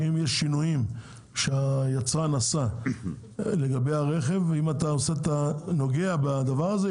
שאם יש שינויים שהיצרן עשה ברכב ואתה נוגע בזה,